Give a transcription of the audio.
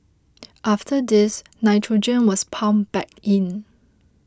after this nitrogen was pumped back in